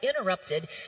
interrupted